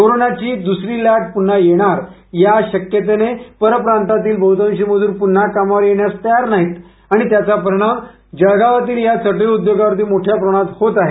कोरोनाची द्सरी लाट पुन्हा येणार या शक्यतेने परप्रांतातील बहुतांश मजूर पुन्हा कामावर येण्यास तयार नाहीत आणि त्याचा परिणाम जळगावातील चटई उद्योगावर होत आहे